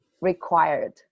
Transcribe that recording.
required